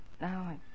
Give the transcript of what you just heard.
now